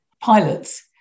pilots